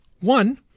One